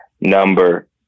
number